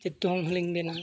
ᱪᱮ ᱫᱚᱝ ᱦᱚᱸ ᱞᱤᱧ ᱮᱱᱟᱣᱮᱜᱼᱟ